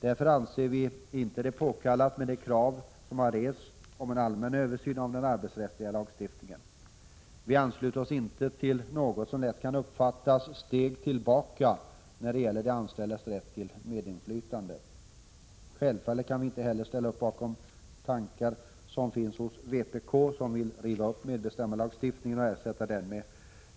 Därför anser vi det inte påkallat med de krav som har rests på en allmän översyn av den arbetsrättsliga lagstiftningen. Vi ansluter oss inte till något som lätt kan uppfattas som steg tillbaka när det gäller de anställdas rätt till medinflytande. Självfallet kan vi inte heller ställa oss bakom de tankar som finns hos vpk på att riva upp medbestämmandelagstiftningen och ersätta den med